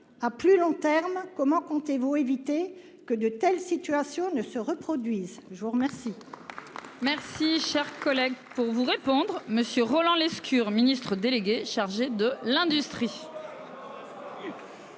à plus long terme comment comptez-vous éviter que de telles situations ne se reproduisent. Je vous remercie.--